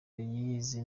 y’izi